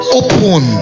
open